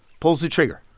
pulls the trigger